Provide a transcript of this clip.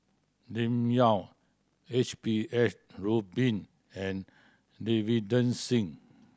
Lim Yau H P H Rubin and Davinder Singh